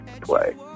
play